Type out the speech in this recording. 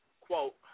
quote